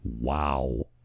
wow